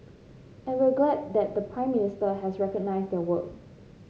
and we're glad that the Prime Minister has recognised their work